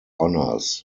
honors